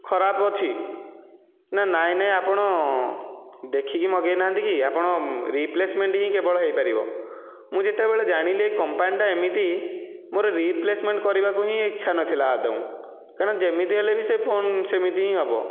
ଖରାପ ଅଛି ନା ନାହିଁ ନାହିଁ ଆପଣ ଦେଖିକି ମଗାଇ ନାହାଁନ୍ତି କି ଆପଣ ରିପ୍ଲେସମେଣ୍ଟ ହିଁ କେବଳ ହୋଇପାରିବ ମୁଁ ଯେତେବେଳେ ଜାଣିଲି ଏ କମ୍ପାନୀଟା ଏମିତି ମୋର ରିପ୍ଲେସମେଣ୍ଟ କରିବାକୁ ହିଁ ଇଛା ନଥିଲା ଆଦୌ କାରଣ ଯେମିତି ହେଲେ ବି ସେ ଫୋନ ସେମିତି ହିଁ ହେବ